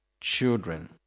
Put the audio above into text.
children